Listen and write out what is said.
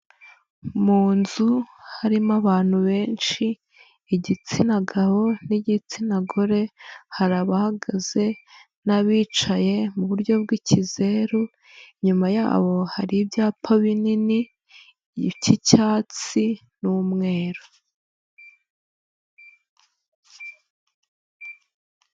Mu nzu harimo abantu benshi, igitsina gabo n'igitsina gore, hari abahagaze n'abicaye mu buryo bw'ikizeru, inyuma yabo hari ibyapa binini by'icyatsi n'umweru.